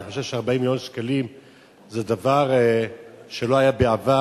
אני חושב ש-40 מיליון שקלים זה דבר שלא היה בעבר.